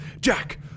Jack